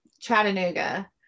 Chattanooga